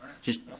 just.